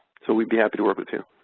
so we'd be happy to work with you.